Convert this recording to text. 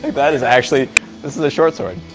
that is actually this is a short sword!